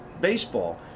baseball